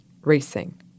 racing